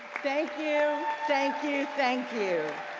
thank you, thank you, thank you.